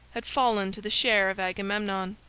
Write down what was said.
had fallen to the share of agamemnon.